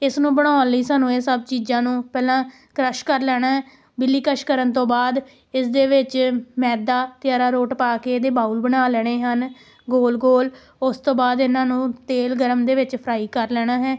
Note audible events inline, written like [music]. ਇਸ ਨੂੰ ਬਣਾਉਣ ਲਈ ਸਾਨੂੰ ਇਹ ਸਭ ਚੀਜ਼ਾਂ ਨੂੰ ਪਹਿਲਾਂ ਕ੍ਰਸ਼ ਕਰ ਲੈਣਾ ਹੈ [unintelligible] ਕਸ਼ ਕਰਨ ਤੋਂ ਬਾਅਦ ਇਸਦੇ ਵਿੱਚ ਮੈਦਾ ਅਤੇ ਅਰਾਰੋਟ ਪਾ ਕੇ ਇਹਦੇ ਬਾਊਲ ਬਣਾ ਲੈਣੇ ਹਨ ਗੋਲ ਗੋਲ ਉਸ ਤੋਂ ਬਾਅਦ ਇਹਨਾਂ ਨੂੰ ਤੇਲ ਗਰਮ ਦੇ ਵਿੱਚ ਫਰਾਈ ਕਰ ਲੈਣਾ ਹੈ